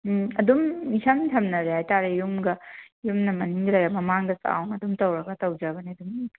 ꯎꯝ ꯗꯨꯝ ꯏꯁꯝ ꯁꯝꯅꯔꯦ ꯍꯥꯏ ꯇꯥꯔꯦ ꯌꯨꯝꯒ ꯌꯨꯝꯅ ꯃꯅꯤꯡ ꯂꯩꯔꯦ ꯃꯃꯥꯡꯗ ꯆꯥꯎꯅ ꯑꯗꯨꯝ ꯇꯧꯔꯒ ꯇꯧꯖꯕꯅꯤ ꯑꯗꯨꯝ